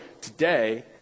today